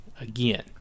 again